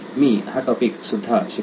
मी हा टॉपिक सुद्धा शिकलो आहे